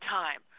time